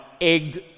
egged